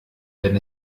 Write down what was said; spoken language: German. wenn